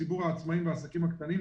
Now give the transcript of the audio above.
ציבור העצמאיים והעסקים הקטנים,